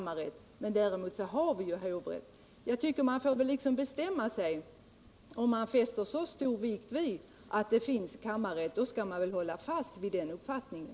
Man måste bestämma sig. Om det fästes så stor vikt vid att det finns kammarrätt, skall man väl hålla fast vid den uppfattningen.